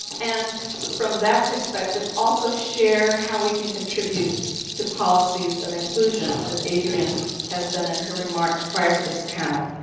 and from that perspective, also share how we can contribute to policies of inclusion as adrienne has done in her remarks prior to this panel.